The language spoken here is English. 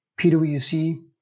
pwc